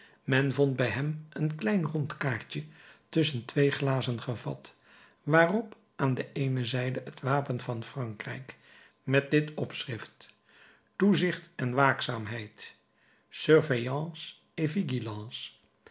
men vond bij hem een klein rond kaartje tusschen twee glazen gevat waarop aan de eene zijde het wapen van frankrijk met dit opschrift toezicht en waakzaamheid